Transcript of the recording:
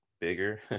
bigger